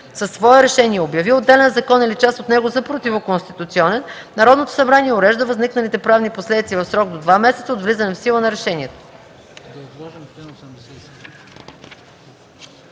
със свое решение обяви отделен закон или част от него за противоконституционен, Народното събрание урежда възникналите правни последици в срок до два месеца от влизане в сила на решението.”